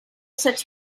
such